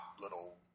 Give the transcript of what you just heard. little